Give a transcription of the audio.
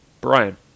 Brian